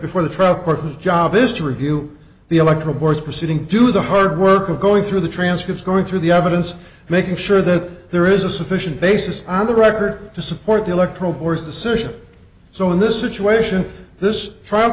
before the trial court his job is to review the electoral board's proceeding do the hard work of going through the transcripts going through the evidence making sure that there is a sufficient basis on the record to support the electoral board's decision so in this situation this trial